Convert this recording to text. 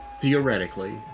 theoretically